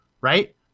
Right